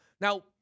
Now